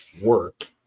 work